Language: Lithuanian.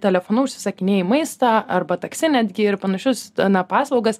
telefonu užsisakinėji maistą arba taksi netgi ir panašius na paslaugas